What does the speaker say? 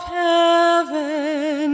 heaven